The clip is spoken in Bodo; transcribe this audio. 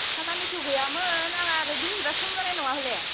खामानिथ' गैयामोन आं आरो दिनैब्ला सम जानाय नङा हले